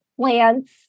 plants